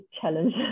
challenge